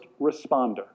responder